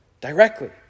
directly